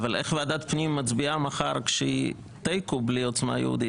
אבל איך ועדת הפנים מצביעה מחר כשהיא תיקו בלי עוצמה יהודית,